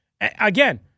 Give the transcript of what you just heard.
again